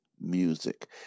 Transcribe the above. music